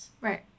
Right